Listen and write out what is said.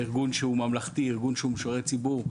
ארגון שהוא ממלכתי, ארגון שהוא משרת ציבור.